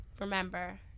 remember